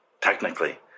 technically